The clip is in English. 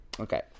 Okay